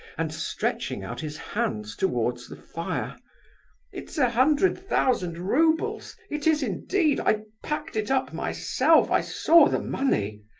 and stretching out his hands towards the fire it's a hundred thousand roubles, it is indeed, i packed it up myself, i saw the money!